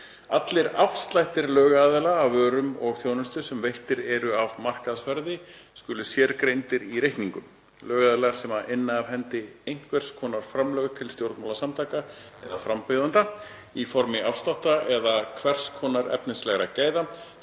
Allir afslættir lögaðila af vörum og þjónustu sem veittir eru af markaðsverði skulu sérgreindir í reikningum. Lögaðilar sem inna af hendi einhvers konar framlög til stjórnmálasamtaka eða frambjóðenda, í formi afslátta eða hvers konar efnislegra gæða,